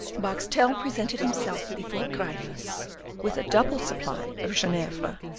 boxtel presented himself before gryphus with a double supply of genievre,